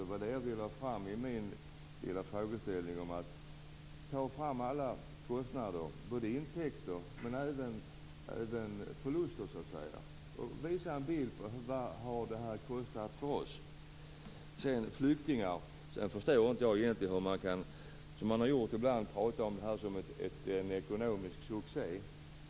Det var det som jag ville ha fram i med min uppmaning: Ta fram alla kostnader, intäkter och även förluster och visa en bild över vad detta har kostat för oss! Jag förstår inte att man, som man har gjort ibland, kan tala om flyktingar som en ekonomisk succé.